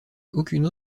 aucune